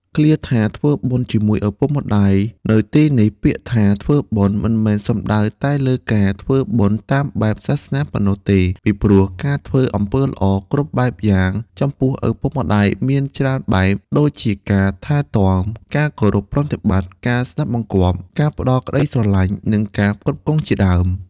ឃ្លាថា ធ្វើបុណ្យជាមួយឪពុកម្តាយ នៅទីនេះពាក្យថា ធ្វើបុណ្យ មិនមែនសំដៅតែលើការធ្វើបុណ្យតាមបែបសាសនាប៉ុណ្ណោះទេ ពីព្រោះការធ្វើអំពើល្អគ្រប់បែបយ៉ាងចំពោះឪពុកម្តាយមានច្រើនបែប ដូចជាការថែទាំ ការគោរពប្រតិបត្តិ ការស្តាប់បង្គាប់ ការផ្តល់ក្តីស្រឡាញ់ និងការផ្គត់ផ្គង់ជាដើម។